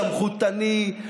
סמכותני,